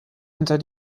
hinter